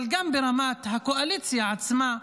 אבל גם ברמת הקואליציה עצמה,